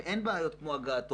שאין בהן בעיות כמו הגעתון,